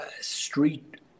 street